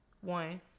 One